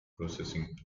processing